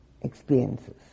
experiences